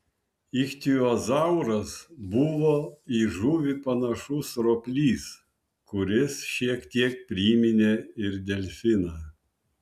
ichtiozauras buvo į žuvį panašus roplys kuris šiek tiek priminė ir delfiną